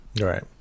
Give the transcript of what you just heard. Right